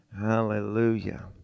hallelujah